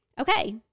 Okay